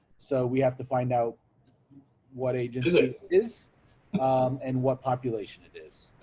so we have to find out what ages, it is and what population. it is